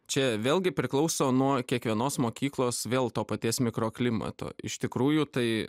čia vėlgi priklauso nuo kiekvienos mokyklos vėl to paties mikroklimato iš tikrųjų tai